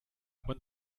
when